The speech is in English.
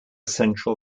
central